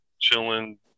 chilling